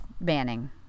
Banning